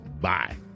Bye